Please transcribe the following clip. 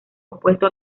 opuesto